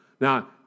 Now